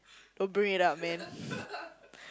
don't bring it up man